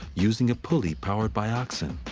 using a pulley powered by oxen.